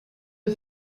the